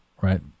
Right